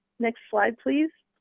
next slide please.